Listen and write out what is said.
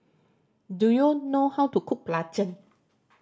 do you know how to cook belacan